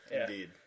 Indeed